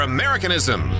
Americanism